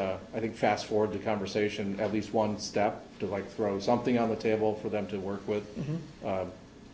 say i think fast forward the conversation at least one staff to like throw something on the table for them to work with